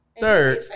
Third